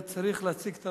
היה צריך להציג את